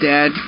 Dad